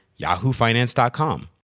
yahoofinance.com